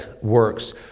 works